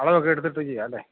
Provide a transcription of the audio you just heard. അളവൊക്കെയെടുത്തിട്ട് ചെയ്യാമല്ലെ